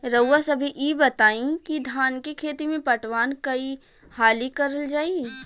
रउवा सभे इ बताईं की धान के खेती में पटवान कई हाली करल जाई?